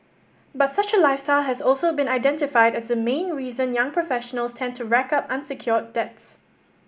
but such a lifestyle has also been identified as the main reason young professionals tend to rack up unsecured debts